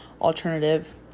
alternative